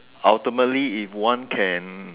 ultimately if one can